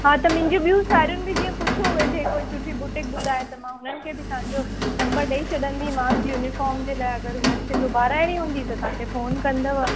हा त मुंहिंजी ॿियूं साहेड़ियुनि बि जीअं पुछियो वेठे कोई सुठी बुटीक ॿुधाए त मां हुननि खे बि तव्हांजो नम्बर ॾई छॾंदीमांस युनिफॉम जे लाइ अगरि हुननि खे सिबाइणी हूंदी त तव्हांखे फोन कंदव